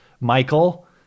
Michael